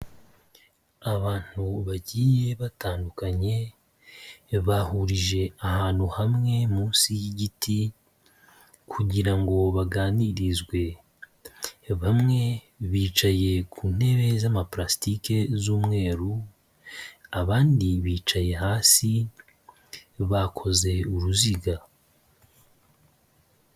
Abantu bagiye batandukanye bahurije ahantu hamwe munsi y'igiti kugira ngo baganirizwe. Bamwe bicaye ku ntebe z'amapurasitike z'umweru, abandi bicaye hasi, bakoze uruziga.